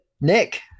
Nick